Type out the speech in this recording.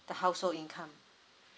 the household income